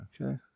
Okay